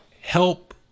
help